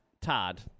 Todd